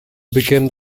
became